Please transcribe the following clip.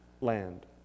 land